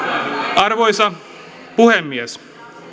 arvoisa puhemies